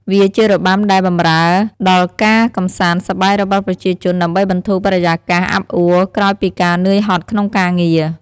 វាជារបាំដែលបំរើដលការកំសាន្តសប្បាយរបស់ប្រជាជនដើម្បីបន្ធូរបរិយាកាសអាប់អួរក្រោយពីការនឿយហត់ក្នុងការងារ ។